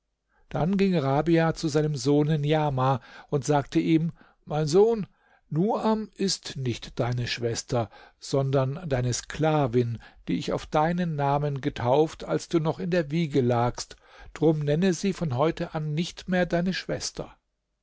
dann ging rabia zu seinem sohne niamah und sagte ihm mein sohn nuam ist nicht deine schwester sondern deine sklavin die ich auf deinen namen getauft als du noch in der wiege lagst drum nenne sie von heute an nicht mehr deine schwester